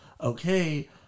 okay